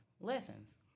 lessons